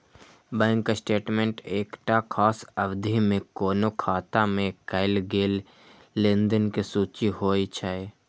bank statement एकटा खास अवधि मे कोनो खाता मे कैल गेल लेनदेन के सूची होइ छै